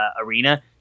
arena